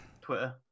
Twitter